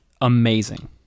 amazing